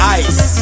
ice